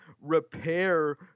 repair